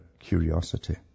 curiosity